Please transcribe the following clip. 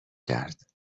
کرد